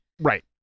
Right